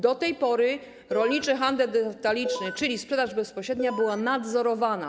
Do tej pory rolniczy handel detaliczny, czyli sprzedaż bezpośrednia, był nadzorowany.